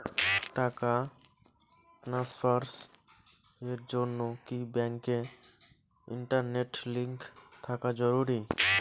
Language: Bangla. টাকা ট্রানস্ফারস এর জন্য কি ব্যাংকে ইন্টারনেট লিংঙ্ক থাকা জরুরি?